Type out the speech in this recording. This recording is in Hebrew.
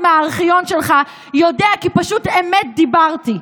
מארכיון שלך יודע כי פשוט אמת דיברתי.